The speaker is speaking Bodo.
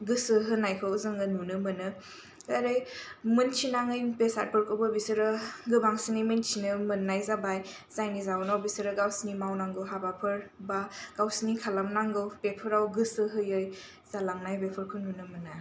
गोसो होनायखौ जों नुनो मोनो एरै मोनथिनाङै बेसादफोरखौबो बिसोरो गोबांसिनै मोनथिनो मोननाय जाबाय जायनि जाउनाव बिसोरो गावसिनि मावनांगौ हाबाफोर बा गावसिनि खालामनांगौ बेफोराव गोसो होयै जालांनाय बेफोरखौ नुनो मोनो